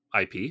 ip